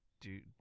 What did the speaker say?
dude